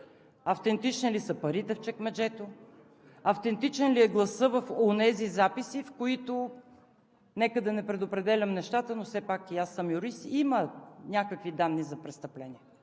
автентични ли са парите в чекмеджето, автентичен ли е гласът в онези записи, в които – нека да не предопределям нещата, но все пак и аз съм юрист – има някакви данни за престъпление